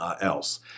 else